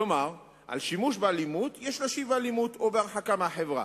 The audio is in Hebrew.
כלומר על שימוש באלימות יש להשיב באלימות או בהרחקה מהחברה,